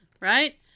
Right